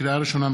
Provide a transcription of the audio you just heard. לקריאה ראשונה,